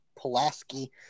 Pulaski